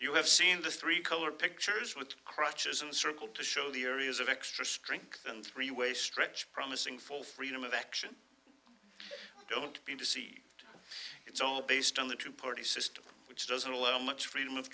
you have seen the three color pictures with crutches and circle to show the areas of extra strength and three way stretch promising full freedom of action don't seem to see it's all based on the two party system which doesn't allow much freedom of